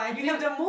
and this is